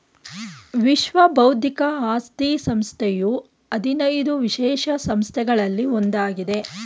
ವಿಶ್ವ ಬೌದ್ಧಿಕ ಆಸ್ತಿ ಸಂಸ್ಥೆಯು ಹದಿನೈದು ವಿಶೇಷ ಸಂಸ್ಥೆಗಳಲ್ಲಿ ಒಂದಾಗಿದೆ